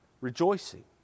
rejoicing